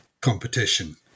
competition